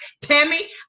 Tammy